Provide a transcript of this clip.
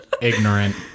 Ignorant